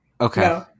Okay